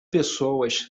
pessoas